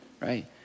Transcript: right